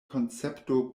koncepto